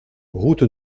route